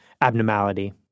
abnormality